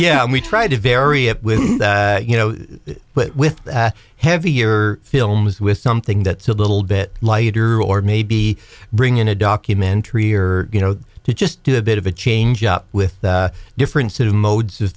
yeah we try to vary it with you know but with heavier films with something that's a little bit lighter or maybe bring in a documentary or you know to just do a bit of a change up with different sort of modes